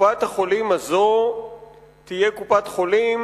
קופת-החולים הזאת תהיה קופת-חולים